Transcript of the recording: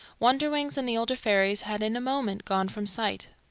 wonderwings and the older fairies had in a moment gone from sight.